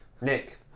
Nick